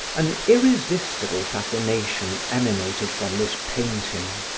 an irresistible fascination emanated from this painting